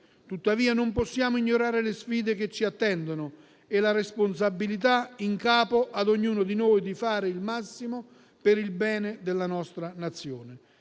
Tuttavia, non possiamo ignorare le sfide che ci attendono e la responsabilità, in capo ad ognuno di noi, di fare il massimo per il bene della nostra Nazione.